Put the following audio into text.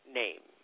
name